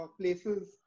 places